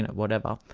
whatever.